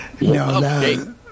no